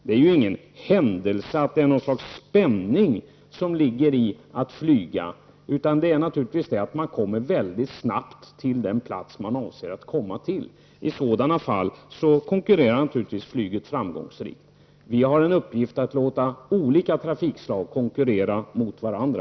Det ligger inte något slags spänning i att flyga, utan det gör man för att mycket snabbt komma till den plats man avser att komma till. I sådana fall konkurrerar naturligtvis flyget framgångsrikt. Vi har en uppgift i att låta olika trafikslag konkurrera med varandra.